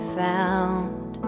found